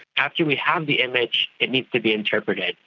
after we have the image it needs to be interpreted.